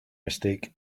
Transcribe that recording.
mistake